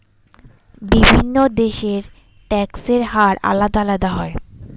বিভিন্ন দেশের ট্যাক্সের হার আলাদা আলাদা হয়